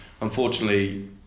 unfortunately